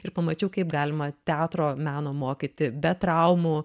ir pamačiau kaip galima teatro meno mokyti be traumų